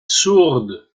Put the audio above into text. sourde